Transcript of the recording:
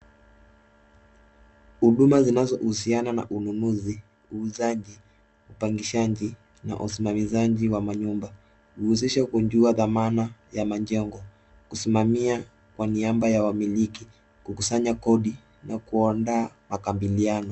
Huduma zinazohusiana na ununuzi, uuzaji, upangishaji na usimamizaji wa manyumba. Huhusisha kujua thamana ya majengo, kusimamia kwa niaba ya wamiliki, kukusanya kodi na kuandaa makabiliano.